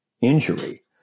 injury